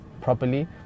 properly